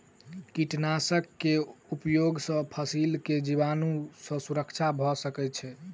कीटनाशक के उपयोग से फसील के जीवाणु सॅ सुरक्षा भअ सकै छै